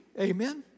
amen